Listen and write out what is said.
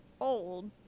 old